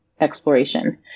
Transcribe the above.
exploration